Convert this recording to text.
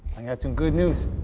i got some good news.